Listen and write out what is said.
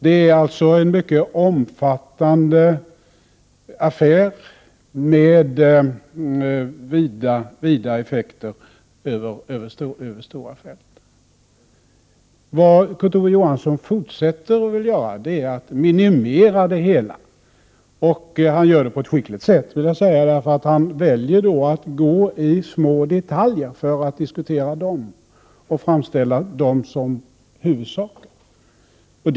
Det gäller alltså en mycket omfattande affär med vida effekter över stora fält. Vad Kurt Ove Johansson fortsätter att göra är att minimera det hela, och han gör det på ett skickligt sätt. Han väljer att diskutera små detaljer och att framställa dem som huvudsaker.